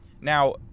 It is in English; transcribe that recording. Now